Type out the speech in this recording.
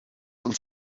uns